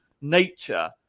nature